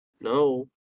No